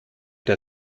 der